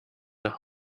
nach